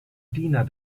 diener